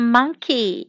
Monkey